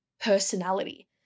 personality